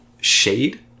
Shade